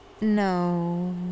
No